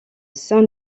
saint